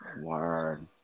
Word